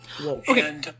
Okay